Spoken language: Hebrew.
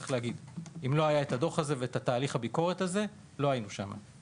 צריך להגיד: אם לא הדו"ח הזה ותהליך הביקורת הזה לא היינו שם.